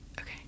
Okay